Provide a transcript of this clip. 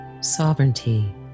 sovereignty